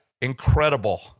Incredible